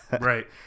Right